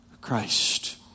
Christ